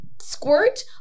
squirt